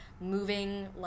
moving